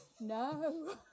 no